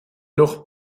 noch